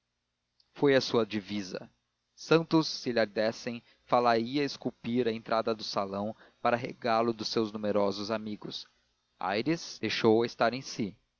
foi a sua divisa santos se lha dessem fá la ia esculpir à entrada do salão para regalo dos seus numerosos amigos aires deixou-a estar em si